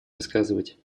рассказывать